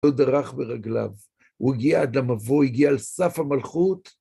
‫הוא דרך ברגליו, ‫הוא הגיע עד למבוא, הגיע אל סף המלכות.